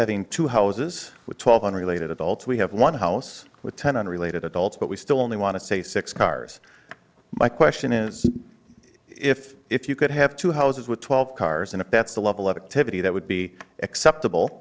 having two houses with twelve unrelated adults we have one house with ten unrelated adults but we still only want to say six cars my question is if if you could have two houses with twelve cars and if that's the level of activity that would be acceptable